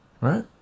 Right